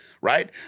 Right